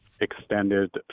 extended